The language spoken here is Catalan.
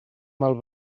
mal